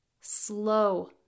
Slow